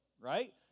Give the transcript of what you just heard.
right